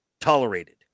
tolerated